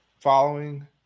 following